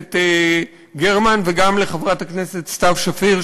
הכנסת גרמן וגם לחברת הכנסת סתיו שפיר,